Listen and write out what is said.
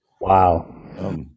Wow